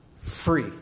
free